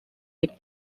est